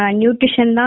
nutrition